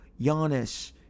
Giannis